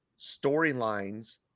storylines –